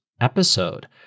episode